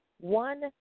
one